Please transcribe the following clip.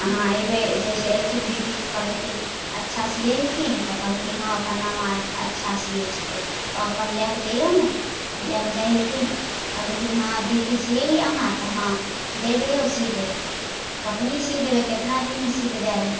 अहाँ अएबै जइसे अएलखिन दीदी तऽ कहलखिन अच्छा सिए छथिन तऽ कहलखिन हँ फलाँ माँ अच्छा सिए छिकै ओहिकन लऽ कऽ जइऔ ने तऽ लऽ कऽ जाइ छथिन तऽ कहलखिन हाँ दीदी सिए छिए अहाँ तऽ हाँ दऽ जइऔ सीबि देबै तऽ कखन सीबि देबै कतना दिनमे सीबिकऽ दऽ देबै